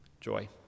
joy